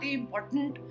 important